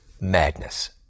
madness